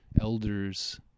elders